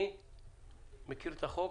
אני מכיר את החוק.